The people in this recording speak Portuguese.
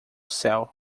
céu